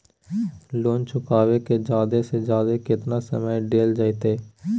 Loan चुकाबे के जादे से जादे केतना समय डेल जयते?